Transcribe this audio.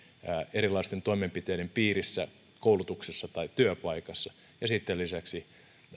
erilaisten toimenpiteiden piirissä koulutuksessa tai työpaikassa ja sitten lisäksi